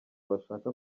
bashaka